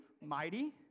mighty